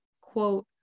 quote